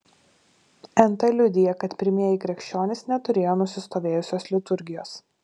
nt liudija kad pirmieji krikščionys neturėjo nusistovėjusios liturgijos